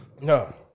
No